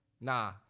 Nah